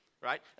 right